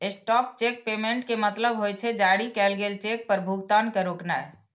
stop cheque payment के मतलब होइ छै, जारी कैल गेल चेक पर भुगतान के रोकनाय